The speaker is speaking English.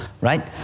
right